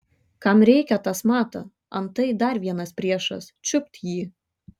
kam reikia tas mato antai dar vienas priešas čiupt jį